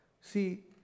See